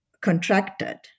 contracted